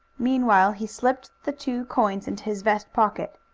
meanwhile he slipped the two coins into his vest pocket.